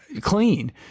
Clean